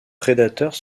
prédateurs